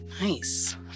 Nice